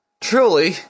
truly